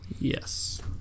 Yes